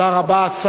תודה רבה.